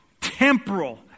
temporal